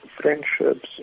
friendships